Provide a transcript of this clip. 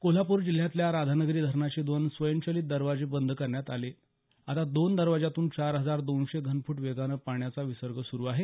कोल्हापूर जिल्ह्यातल्या राधानगरी धरणाचे दोन स्वयंचलित दरवाजे बंद करण्यात आले आता दोन दरवाजांतून चार हजार दोनशे घनफूट वेगानं पाण्याचा विसर्ग सुरू आहे